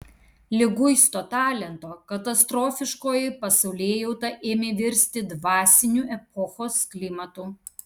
liguisto talento katastrofiškoji pasaulėjauta ėmė virsti dvasiniu epochos klimatu